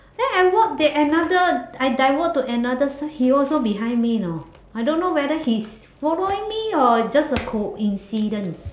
then I walk there another I divert to another side he also behind me you know I don't whether he's following me or just a coincidence